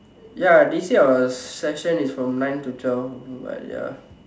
ya they say our session is from nine to twelve but ya